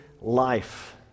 life